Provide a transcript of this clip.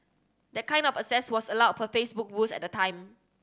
that kind of access was allowed per Facebook rules at the time